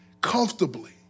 comfortably